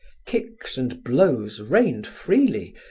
kicks and blows rained freely,